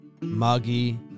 muggy